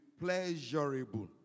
pleasurable